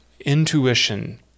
intuition